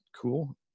cool